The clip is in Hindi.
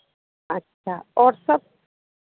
अच्छा और सब